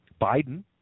Biden